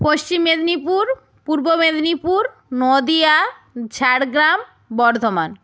Paschim Medinipur Purba Medinipur Nadia Jhargram Bardhaman